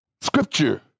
scripture